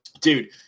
dude